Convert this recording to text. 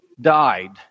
died